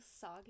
soggy